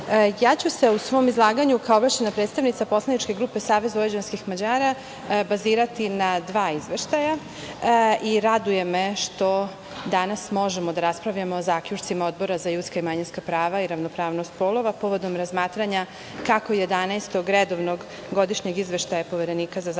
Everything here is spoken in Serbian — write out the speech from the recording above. ja ću se u svom izlaganju, kao ovlašćena predstavnica poslaničke grupe SVM, bazirati na dva izveštaja. Raduje me što danas možemo da raspravljamo o zaključcima Odbora za ljudska i manjinska prava i ravnopravnost polova povodom razmatranja kako 11. Redovnog godišnjeg izveštaja Poverenika za zaštitu